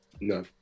no